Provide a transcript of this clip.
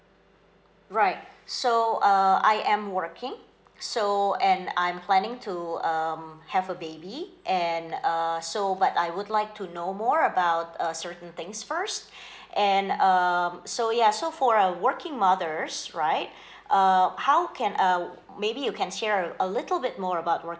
right so uh I am working so and I'm planning to um have a baby and uh so I would like to know more about uh certain things first and um so ya so for a working mothers right uh how can um maybe you can share a little bit more about working